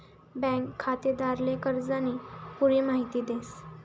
bank खातेदारले कर्जानी पुरी माहिती देस